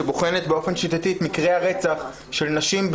שבוחנת באופן שיטתי את מקרי הרצח של נשים,